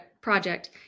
project